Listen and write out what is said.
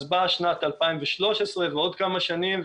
אז באה שנת 2013 ועוד כמה שנים,